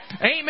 Amen